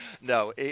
No